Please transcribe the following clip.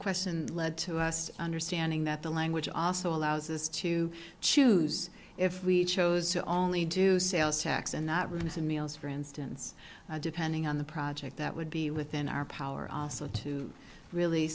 questioned led to us understanding that the language also allows us to choose if we chose to only do sales tax and not reduce the meals for instance depending on the project that would be within our power also to really